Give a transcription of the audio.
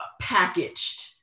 packaged